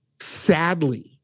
sadly